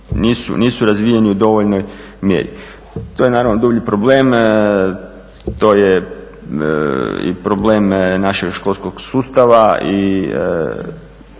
nisu razvijeni u dovoljnoj mjeri. To je naravno drugi problem, to je i problem našeg školskog sustava